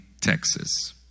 Texas